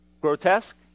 grotesque